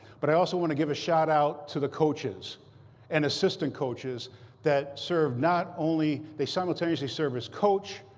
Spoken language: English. but i also want to give a shout out to the coaches and assistant coaches that serve not only they simultaneously serve as coach,